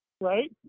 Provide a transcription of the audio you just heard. Right